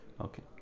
Okay